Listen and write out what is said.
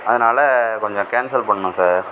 அதனால கொஞ்சம் கேன்சல் பண்ணணும் சார்